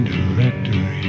Directory